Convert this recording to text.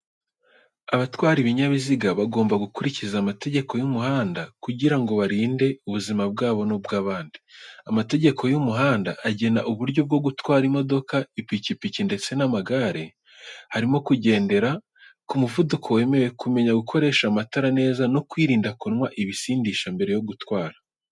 Abatwara ibinyabiziga bagomba gukurikiza amategeko y'umuhanda kugira ngo barinde ubuzima bwabo n'ubw'abandi. Amategeko y'umuhanda agena uburyo bwo gutwara imodoka, ipikipiki ndetse n'amagare. Harimo kugendera ku muvuduko wemewe, kumenya gukoresha amatara neza, no kwirinda kunywa ibisindisha mbere yo gutwara.